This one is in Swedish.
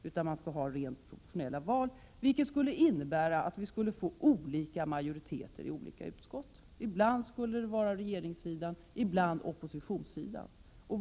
Man skall ha rent proportionella val — vilket skulle innebära att vi skulle få olika majoriteter i olika utskott. Ibland skulle det vara regeringssidan, ibland oppositionssidan.